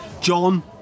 John